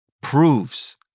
proves